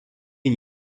une